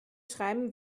schreiben